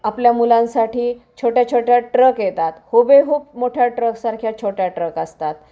आपल्या मुलांसाठी छोट्या छोट्या ट्रक येतात हुबेहूब मोठ्या ट्रकसारख्या छोट्या ट्रक असतात